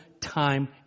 time